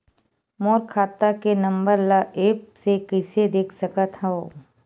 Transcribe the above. मोर खाता के नंबर ल एप्प से कइसे देख सकत हव?